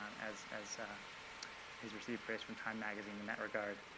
as as he's received praise from time magazine in that regard.